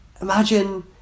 Imagine